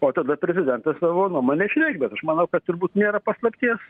o tada prezidentas savo nuomonę išreikš bet aš manau kad turbūt nėra paslapties